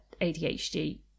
ADHD